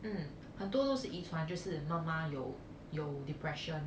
mm 很多都是遗传就是妈妈有有 depression